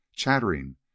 chattering